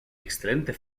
excelente